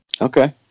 Okay